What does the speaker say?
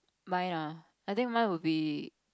mine ah I think mine will be